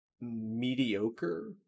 mediocre